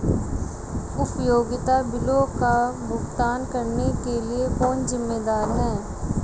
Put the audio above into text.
उपयोगिता बिलों का भुगतान करने के लिए कौन जिम्मेदार है?